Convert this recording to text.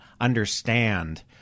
understand